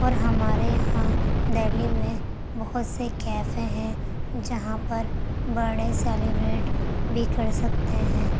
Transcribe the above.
اور ہمارے یہاں دہلی میں بہت سے کیفے ہیں جہاں پر بڈے سلیبریٹ بھی کر سکتے ہیں